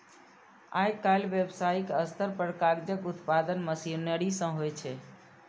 आइकाल्हि व्यावसायिक स्तर पर कागजक उत्पादन मशीनरी सं होइ छै